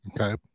okay